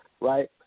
Right